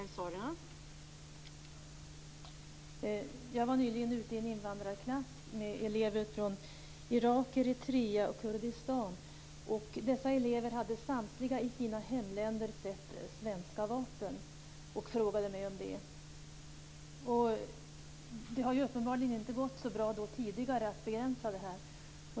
Fru talman! Jag var nyligen ute i en invandrarklass med elever från Irak, Eritrea och Kurdistan. Dessa elever hade samtliga i sina hemländer sett svenska vapen och frågade mig om det. Det har uppenbarligen inte gått så bra tidigare att begränsa detta.